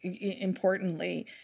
importantly